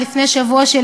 לפני שבוע,